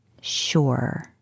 Sure